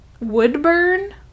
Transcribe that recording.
Woodburn